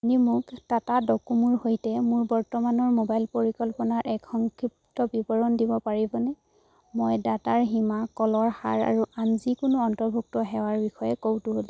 আপুনি মোক টাটা ডকোমোৰ সৈতে মোৰ বৰ্তমানৰ মোবাইল পৰিকল্পনাৰ এক সংক্ষিপ্ত বিৱৰণ দিব পাৰিবনে মই ডাটাৰ সীমা কলৰ হাৰ আৰু আন যিকোনো অন্তৰ্ভুক্ত সেৱাৰ বিষয়ে কৌতূহলী